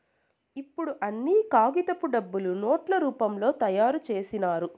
ఇప్పుడు అన్ని కాగితపు డబ్బులు నోట్ల రూపంలో తయారు చేసినారు